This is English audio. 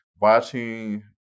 watching